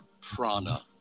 prana